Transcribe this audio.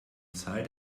zahl